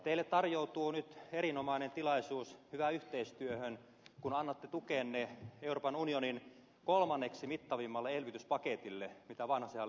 teille tarjoutuu nyt erinomainen tilaisuus hyvään yhteistyöhön kun annatte tukenne euroopan unionin kolmanneksi mittavimmalle elvytyspaketille mitä vanhasen hallitus esittää